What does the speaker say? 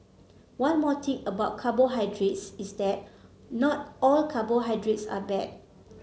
one more thing about carbohydrates is that not all carbohydrates are bad